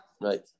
Right